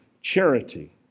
charity